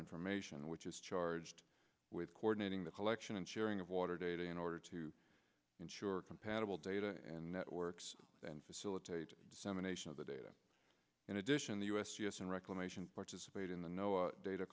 information which is charged with coordinating the collection and sharing of water data in order to ensure compatible data and networks and facilitate dissemination of the data in addition the u s g s and reclamation participate in the no data